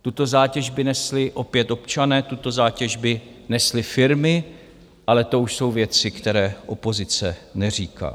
Tuto zátěž by nesli opět občané, tuto zátěž by nesly firmy, ale to už jsou věci, které opozice neříká.